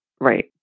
Right